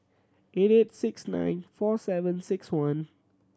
eight eight six nine four seven six one